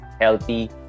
healthy